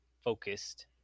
focused